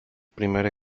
primera